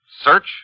Search